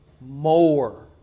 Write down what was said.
more